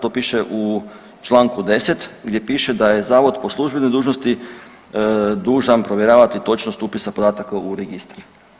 To piše u Članku 10. gdje piše da je zavod po službenoj dužnosti dužan provjeravati točnost upisa podataka u registar.